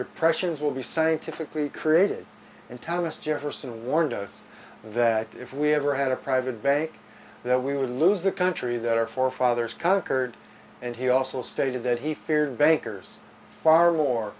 depressions will be scientifically created and thomas jefferson warned us that if we ever had a private bank that we would lose the country that our forefathers conquered and he also stated that he feared bankers far more